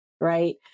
right